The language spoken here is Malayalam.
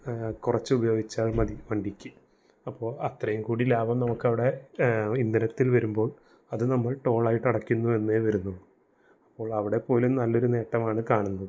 കുറച്ചുപയോഗിച്ചാൽ മതി വണ്ടിക്ക് അപ്പോൾ അത്രയും കൂടി ലാഭം നമുക്കവിടെ ഇന്ധനത്തിൽ വരുമ്പോൾ അത് നമ്മൾ ടോളായിട്ട് അടയ്ക്കുന്നുവെന്നേ വരുന്നുള്ളു അപ്പോൾ അവിടെ പോലും നല്ലൊരു നേട്ടമാണ് കാണുന്നത്